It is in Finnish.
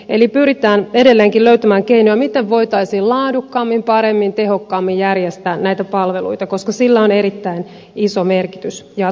eli pyritään edelleenkin löytämään keinoja miten voitaisiin laadukkaammin paremmin tehokkaammin järjestää näitä palveluita koska sillä on erittäin iso merkitys jatkossa